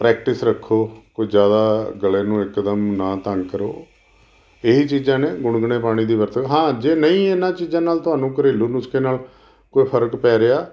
practice ਰੱਖੋ ਕੋਈ ਜ਼ਿਆਦਾ ਗਲੇ ਨੂੰ ਇੱਕਦਮ ਨਾ ਤੰਗ ਕਰੋ ਇਹ ਹੀ ਚੀਜ਼ਾਂ ਨੇ ਗੁਣਗਣੇ ਪਾਣੀ ਦੀ ਵਰਤੋਂ ਹਾਂ ਜੇ ਨਹੀਂ ਇਹਨਾਂ ਚੀਜ਼ਾਂ ਨਾਲ ਤੁਹਾਨੂੰ ਘਰੇਲੂ ਨੁਸਖੇ ਨਾਲ ਕੋਈ ਫ਼ਰਕ ਪੈ ਰਿਹਾ